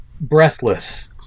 breathless